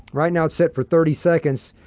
right now it's set for thirty seconds,